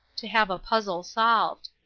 to have a puzzle solved.